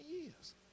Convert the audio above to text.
years